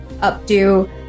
updo